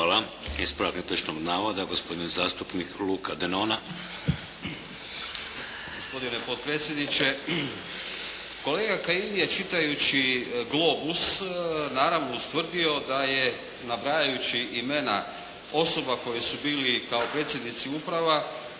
Hvala. Ispravak netočnog navoda, gospodin zastupnik Luka Denona. **Denona, Luka (SDP)** Gospodine potpredsjedniče, kolega Kajin je čitajući "Globus" naravno ustvrdio da je nabrajajući imena osoba koje su bili kao predsjednici uprava